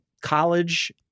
college